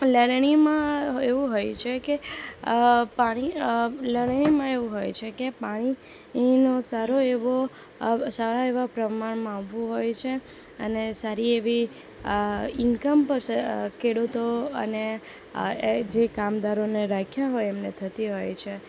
લણણીમાં એવું હોય છે કે પાણી લલણીમાં એવું હોય છે કે પાણીનો સારો એવો સારા એવા પ્રમાણમાં આવવું હોય છે અને સારી એવી ઇનકમ પણ ખેડૂતો અને જે કામદારોને રાખ્યા હોય એમને થતી હોય છે